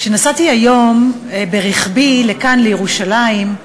כשנסעתי היום ברכבי לכאן, לירושלים,